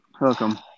Welcome